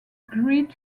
great